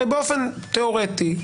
הרי באופן תיאורטי,